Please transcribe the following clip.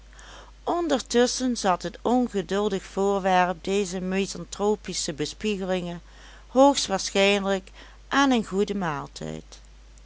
ondertusschen zat het onschuldig voorwerp dezer misanthropische bespiegelingen hoogst waarschijnlijk aan een goeden maaltijd